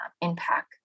impact